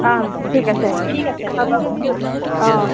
অঁ ঠিক আছে হ'ব অঁ